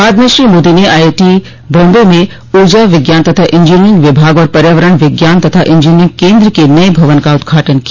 बाद में श्री मोदी ने आई आई टी बॉम्बे में ऊर्जा विज्ञान तथा इंजीनियरिंग विभाग और पर्यावरण विज्ञान तथा इंजीनियरिंग केन्द्र के नये भवन का उदघाटन किया